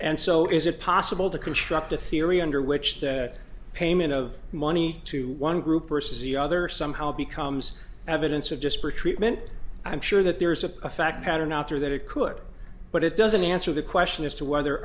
and so is it possible to construct a theory under which the payment of money to one group versus the other somehow becomes evidence of disparate treatment i'm sure that there is a a fact pattern out there that it could but it doesn't answer the question as to whether